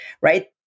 right